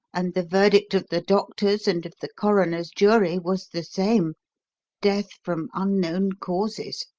and the verdict of the doctors and of the coroner's jury was the same death from unknown causes!